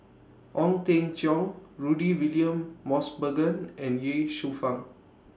Ong Teng Cheong Rudy William Mosbergen and Ye Shufang